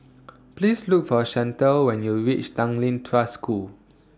Please Look For Chantal when YOU REACH Tanglin Trust School